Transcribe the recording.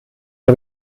der